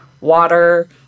water